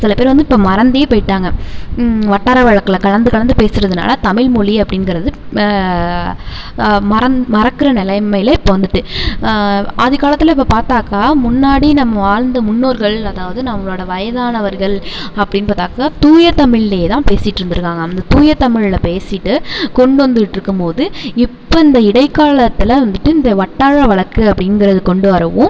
சில பேர் வந்து இப்போ மறந்தே போய்ட்டாங்கள் வட்டார வழக்கில் கலந்து கலந்து பேசுகிறதுனால தமிழ்மொலி அப்படின்ங்கறது மறந் மறக்கிற நிலமைல இப்போ வந்துட்டு ஆதிகாலத்தில் இப்போ பார்த்தாக்கா முன்னாடி நம்ம வாழ்ந்த முன்னோர்கள் அதாவது நம்மளோட வயதானவர்கள் அப்படின்னு பார்த்தாக்கா தூய தமிழ்லே தான் பேசிகிட்ருந்துருக்காங்க அந்த தூய தமிழ்ல பேசிட்டு கொண்டு வந்துகிட்ருக்கும் போது இப்போ இந்த இடைக்காலத்தில் வந்துட்டு இந்த வட்டார வழக்கு அப்படிங்கிறது கொண்டு வரவும்